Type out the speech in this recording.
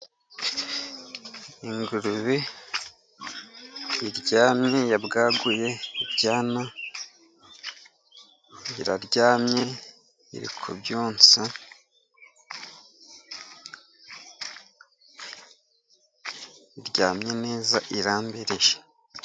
Ingurube iryamye yabwaguye ibyana, iraryamye iri kubyonsa, iryamye neza irambije.